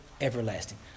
everlasting